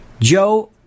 Joe